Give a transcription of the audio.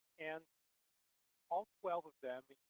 and all twelve of them,